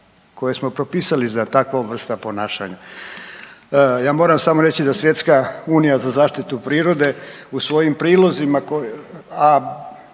koje smo propisali za takvu vrstu ponašanja. Ja moram samo reći da Svjetska unija za zaštitu prirode u svojim prilozima a,